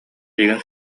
эйигин